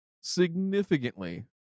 significantly